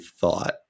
thought